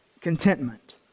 contentment